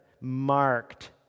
marked